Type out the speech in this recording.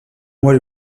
mois